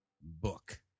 book